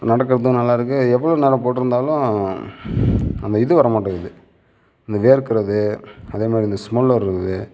நடக்கிறதும் நல்லா இருக்குது எவ்வளவு நேரம் போட்டிருந்தாலும் அந்த இது வரமாட்டீங்குது இந்த வேர்க்கிறது அதே மாதிரி இந்த ஸ்மெல் வர்றது